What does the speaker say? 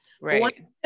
Right